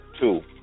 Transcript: Two